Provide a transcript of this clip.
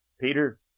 Peter